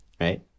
right